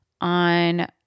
on